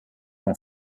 ont